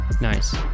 nice